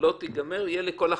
לא תיגמר, היא תהיה לכל החיים,